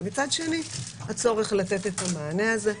ומצד שני, הצורך לתת את המענה הזה.